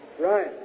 Right